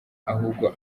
ahubwo